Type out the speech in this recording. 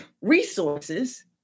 resources